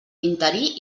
interí